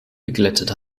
geglättet